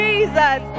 Jesus